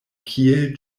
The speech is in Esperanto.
kiel